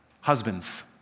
Husbands